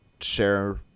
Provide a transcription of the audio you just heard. share